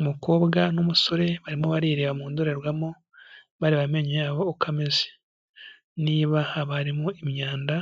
Umukobwa n'umusore barimo barireba mu ndorerwamo, bareba amenyo yabo uko ameze, niba aba arimo imyanda